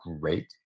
great